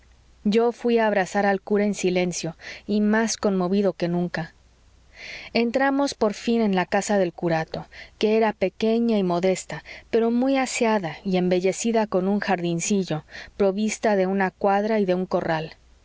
yo fuí a abrazar al cura en silencio y más conmovido que nunca entramos por fin en la casa del curato que era pequeña y modesta pero muy aseada y embellecida con un jardincillo provista de una cuadra y de un corral